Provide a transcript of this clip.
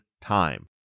time